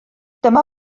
dyma